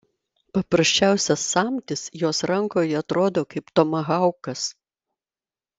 paprasčiausias samtis jos rankoje atrodo kaip tomahaukas